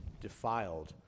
defiled